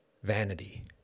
Vanity